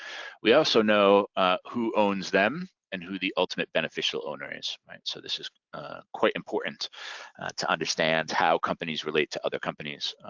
we also know who owns them and who ultimate beneficial owner is, right, so this is quite important to understand how companies relate to other companies.